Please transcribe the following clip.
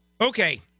Okay